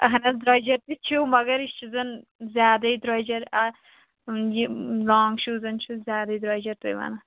اہَن حظ درٛۅجَر تہِ چھُو مگر یہِ چھُ زَن زیادَے درٛۅجَر اتھ یہِ لانٛگ شوٗزَن چھُ زیادَے درٛۅجَر تُہۍ وَنان